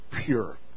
pure